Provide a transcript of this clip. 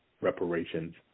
reparations